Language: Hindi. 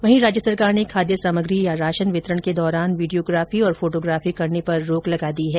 वहीं राज्य सरकार ने खाद्य सामग्री या राशन वितरण के दौरान वीडियोग्राफी और फोटोग्राफी करने पर रोक लगा दी है